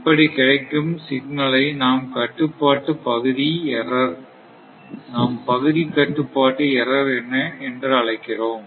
இப்படி கிடைக்கும் சிக்னலை நாம் பகுதி கட்டுப்பாட்டு எர்ரர் என்று அழைக்கிறோம்